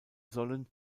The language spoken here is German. sollen